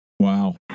Wow